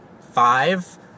five